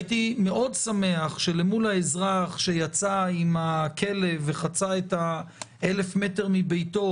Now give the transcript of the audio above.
הייתי שמח שלמול האזרח שיצא עם הכלב וחצה את ה-1,000 מביתו,